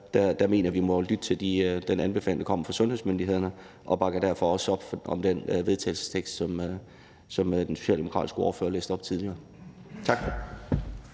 nu, mener jeg vi må lytte til den anbefaling, der kommer fra sundhedsmyndighederne, og derfor bakker vi også op om den vedtagelsestekst, som den socialdemokratiske ordfører læste op tidligere. Kl.